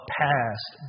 past